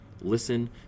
Listen